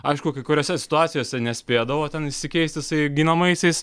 aišku kai kuriose situacijose nespėdavo ten išsikeit jisai ginamaisiais